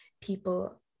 people